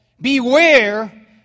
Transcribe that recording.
beware